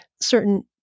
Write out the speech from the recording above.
certain